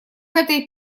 этой